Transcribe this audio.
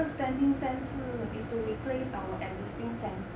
standing fan 是 is to replace our existing fan